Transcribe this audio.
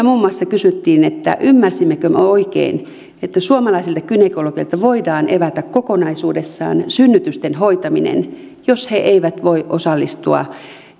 muun muassa kysyttiin että ymmärsimmekö me oikein että suomalaisilta gynekologeilta voidaan evätä kokonaisuudessaan synnytysten hoitaminen jos he eivät voi osallistua